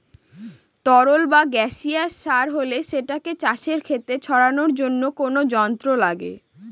তরল বা গাসিয়াস সার হলে সেটাকে চাষের খেতে ছড়ানোর জন্য কোনো যন্ত্র লাগে